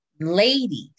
ladies